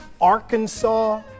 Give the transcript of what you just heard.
Arkansas